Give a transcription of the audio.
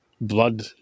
blood